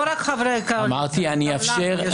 אמרתי שאני אאפשר.